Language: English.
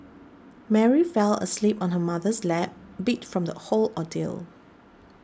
Mary fell asleep on her mother's lap beat from the whole ordeal